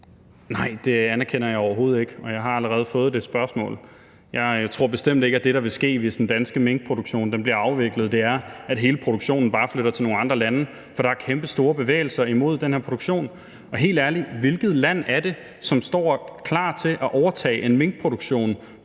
Nej, det anerkender jeg overhovedet ikke, og jeg har allerede fået det spørgsmål. Jeg tror bestemt ikke, at det, der vil ske, hvis den danske minkproduktion bliver afviklet, er, at hele produktionen bare flytter til nogle andre lande, for der er kæmpestore bevægelser imod den her produktion. Og helt ærligt: Hvilket land er det, som står og er klar til bare sådan lige at overtage en minkproduktion